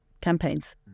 campaigns